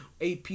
AP